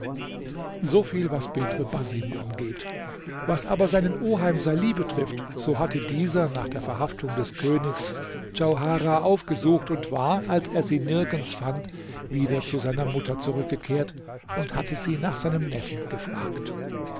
gelassen soviel was bedr basim angeht was aber seinen oheim salih betrifft so hatte dieser nach der verhaftung des königs djauharah aufgesucht und war als er sie nirgends fand wieder zu seiner mutter zurückgekehrt und hatte sie nach seinem neffen gefragt